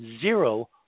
zero